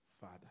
father